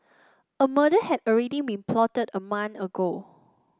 a murder had already been plotted a month ago